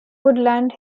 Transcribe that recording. woodland